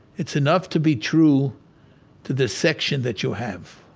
it's enough to be true to the section that you have,